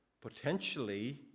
Potentially